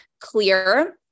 clear